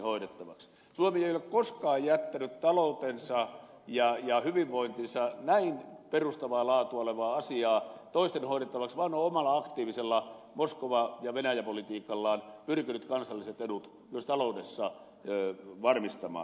suomi ei ole koskaan jättänyt taloutensa ja hyvinvointinsa näin perustavaa laatua olevaa asiaa toisten hoidettavaksi vaan on omalla aktiivisella moskova ja venäjä politiikallaan pyrkinyt kansalliset edut myös taloudessa varmistamaan